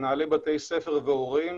מנהלי בתי ספר והורים